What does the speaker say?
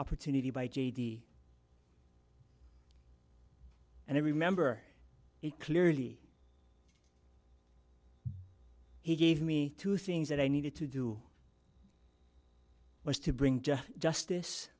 opportunity by j d and i remember it clearly he gave me two things that i needed to do was to bring john justice